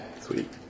Sweet